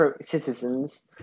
citizens